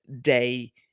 day